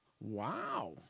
Wow